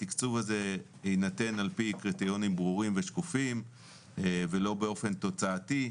התקצוב הזה יינתן על פי קריטריונים ברורים ושקופים ולא באופן תוצאתי,